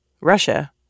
Russia